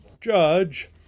judge